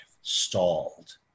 stalled